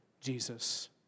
Jesus